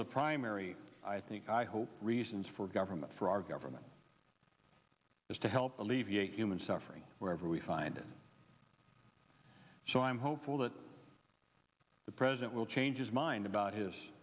of the primary i think i hope reasons for government for our government is to help alleviate human suffering wherever we find it so i'm hopeful that the president will change his mind about his